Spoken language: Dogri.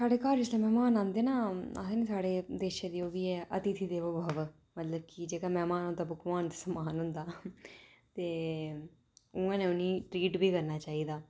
साढ़े घर जिसलै मैह्मान आंदे ना आखदे साढ़े देशे दी ओह् बी ऐ आति्थी देवो भव मतलब कि जेह्ड़ा मैह्मान होंदा ओह् भगवान समान होंदा ते उ'ऐ नेहा उ'नेंगी ट्रीट बी करना चाहिदा